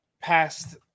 past